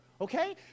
Okay